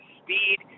speed